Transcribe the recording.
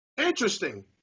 Interesting